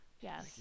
Yes